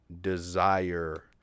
desire